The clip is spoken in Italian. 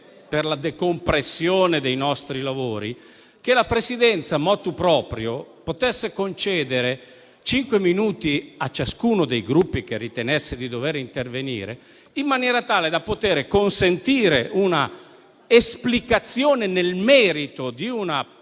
per la decompressione dei nostri lavori che la Presidenza, *motu proprio*, concedesse cinque minuti a ciascuno dei Gruppi che ritenesse di dover intervenire, in maniera tale da consentire l'esplicazione di una